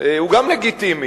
הוא גם לגיטימי.